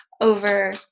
over